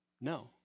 No